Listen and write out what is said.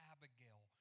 Abigail